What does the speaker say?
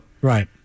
right